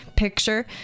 picture